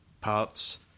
parts